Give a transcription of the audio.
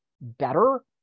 better